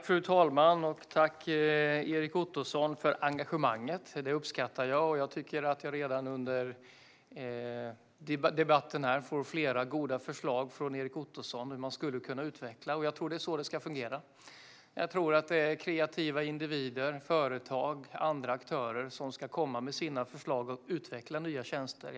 Fru talman! Tack, Erik Ottoson, för engagemanget! Det uppskattar jag. Redan under debatten här har jag fått flera goda förslag från Erik Ottoson på hur området kan utvecklas. Det är så det ska fungera. Jag tror att kreativa individer, företag och andra aktörer ska komma med sina förslag och utveckla nya tjänster.